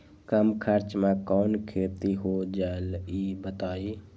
कम खर्च म कौन खेती हो जलई बताई?